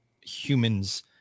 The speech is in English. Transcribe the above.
humans